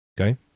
Okay